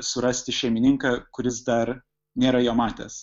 surasti šeimininką kuris dar nėra jo matęs